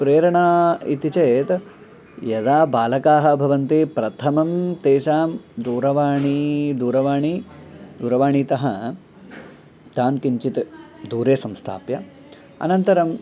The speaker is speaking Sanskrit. प्रेरणा इति चेत् यदा बालकाः भवन्ति प्रथमं तेषां दूरवाणीतः दूरवाणीतः दूरवाणीतः तान् किञ्चित् दूरे संस्थाप्य अनन्तरम्